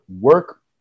work